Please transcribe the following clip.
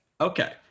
Okay